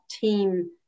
team